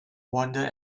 wander